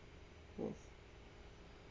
yes